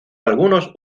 algunos